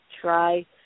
try